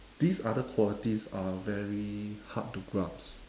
these other qualities are very hard to grasp